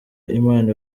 imana